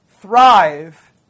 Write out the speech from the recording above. thrive